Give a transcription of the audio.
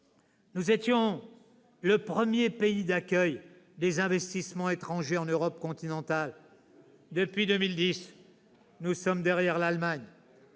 nous étions le premier pays d'accueil des investissements étrangers en Europe continentale. Depuis 2010, nous sommes derrière l'Allemagne.